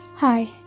Hi